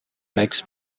likes